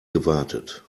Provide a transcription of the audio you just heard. gewartet